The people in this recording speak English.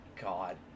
god